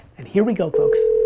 and here we go, folks.